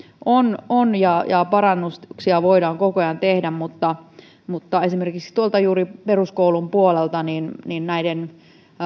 on on ja ja parannuksia voidaan koko ajan tehdä mutta mutta esimerkiksi juuri tuolla peruskoulun puolella näiden